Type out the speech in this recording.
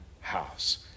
house